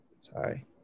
sorry